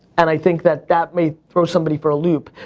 and i think that that may throw somebody for a loop,